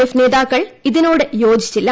F നേതാക്കൾ ഇതിനോട് യോജിച്ചില്ല